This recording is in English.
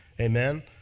Amen